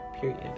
period